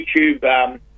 YouTube